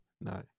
No